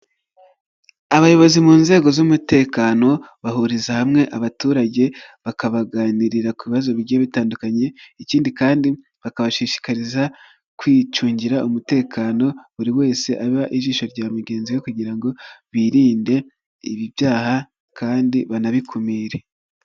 Abayobozi mu nzego z'umutekano bahuriza hamwe abaturage, bakabaganirira ku bibazo bigiye bitandukanye, ikindi kandi bakabashishikariza kwicungira umutekano, buri wese aba ijisho rya mugenzi we kugira ngo birinde ibi byaha kandi banabikumire.